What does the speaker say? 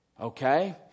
Okay